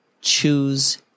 choose